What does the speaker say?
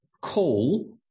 call